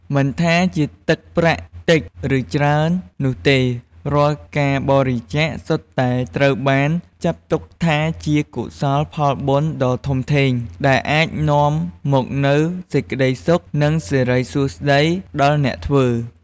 មិនថាជាទឹកប្រាក់តិច ឬច្រើននោះទេ រាល់ការបរិច្ចាគសុទ្ធតែត្រូវបានចាត់ទុកថាជាកុសលផលបុណ្យដ៏ធំធេង ដែលអាចនាំមកនូវសេចក្តីសុខ និងសិរីសួស្តីដល់អ្នកធ្វើ។